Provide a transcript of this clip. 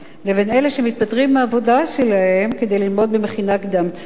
לזכותם של אלה שמתפטרים מהעבודה שלהם כדי ללמוד במכינה קדם-צבאית.